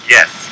Yes